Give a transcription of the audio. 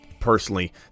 personally